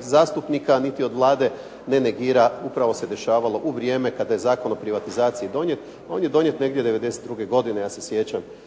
zastupnika niti od Vlade ne negira upravo se dešavalo u vrijeme kad je Zakon o privatizaciji donijet a on je donijet negdje 92. godine, ja se sjećam